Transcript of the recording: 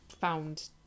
found